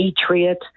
patriot